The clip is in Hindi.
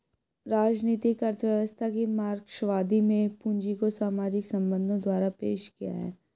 राजनीतिक अर्थव्यवस्था की मार्क्सवादी में पूंजी को सामाजिक संबंधों द्वारा पेश किया है